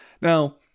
Now